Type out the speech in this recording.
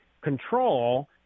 control